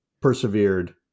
persevered